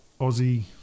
Aussie